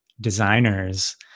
designers